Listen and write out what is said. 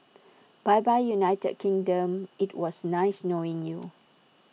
bye bye united kingdom IT was nice knowing you